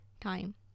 time